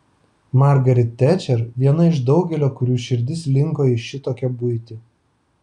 margaret tečer viena iš daugelio kurių širdis linko į šitokią buitį